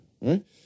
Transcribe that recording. right